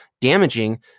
damaging